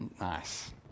Nice